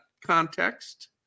context